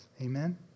Amen